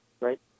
right